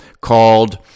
called